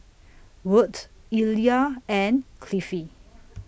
Wirt Illya and Cliffie